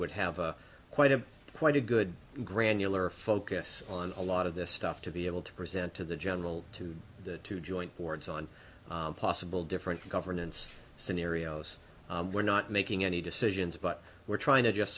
would have a quite a quite a good granular focus on a lot of this stuff to be able to present to the general to the joint boards on possible different governance scenarios we're not making any decisions but we're trying to just